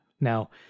Now